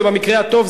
זה במקרה הטוב,